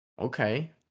Okay